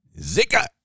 zika